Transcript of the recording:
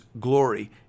glory